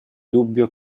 dubbio